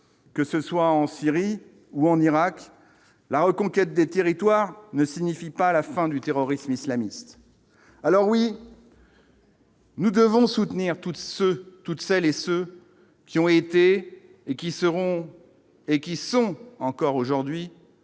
que ce soit en Syrie ou en Irak, la reconquête des territoires ne signifie pas la fin du terrorisme islamiste, alors oui. Nous devons soutenir tous ceux, toutes celles et ceux qui ont été et qui seront, et qui sont encore aujourd'hui.